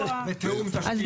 ותיאום תשתיות.